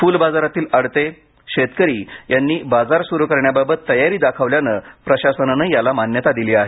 फुल बाजारातील आडते शेतकरी यांनी बाजार सुरू करण्याबाबत तयारी दाखवल्यानं प्रशासनानं याला मान्यता दिली आहे